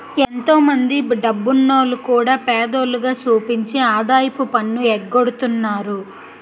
ఎంతో మందో డబ్బున్నోల్లు కూడా పేదోల్లుగా సూపించి ఆదాయపు పన్ను ఎగ్గొడతన్నారు